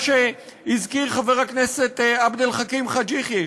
כמו שהזכיר חבר הכנסת עבד אל חכים חאג' יחיא,